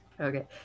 Okay